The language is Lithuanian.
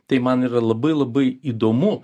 tai man yra labai labai įdomu